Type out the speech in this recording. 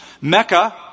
Mecca